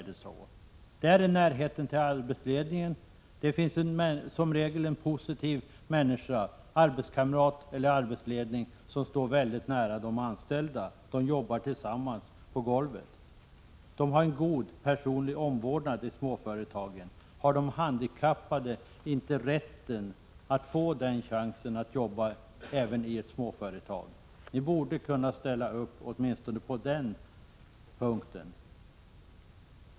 Det finns en närhet till arbetsled på gotvert, ocn aet ninns en goa personng omvaranad I smaroretagen. Har de handikappade inte rätt att få chansen att jobba även i ett småföretag? Ni borde kunna ställa upp åtminstone på den här punkten.